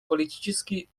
политически